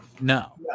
No